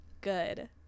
good